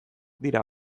dira